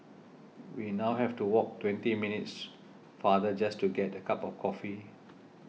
we now have to walk twenty minutes farther just to get a cup of coffee